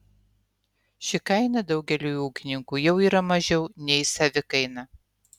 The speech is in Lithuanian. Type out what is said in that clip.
ši kaina daugeliui ūkininkų jau yra mažiau nei savikaina